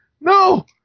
No